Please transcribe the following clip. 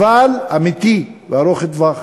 אבל אמיתי וארוך-טווח.